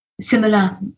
similar